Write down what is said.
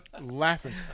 Laughing